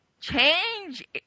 change